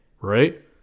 right